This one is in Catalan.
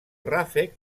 ràfec